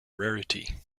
rarity